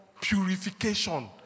purification